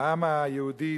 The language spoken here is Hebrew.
העם היהודי,